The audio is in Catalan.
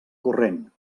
corrent